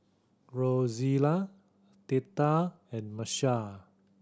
Rozella Theta and Marshall